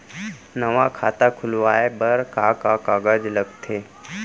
नवा खाता खुलवाए बर का का कागज लगथे?